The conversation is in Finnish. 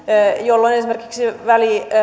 jolloin esimerkiksi väli